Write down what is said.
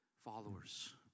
followers